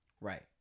Right